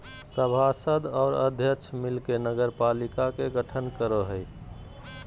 सभासद और अध्यक्ष मिल के नगरपालिका के गठन करो हइ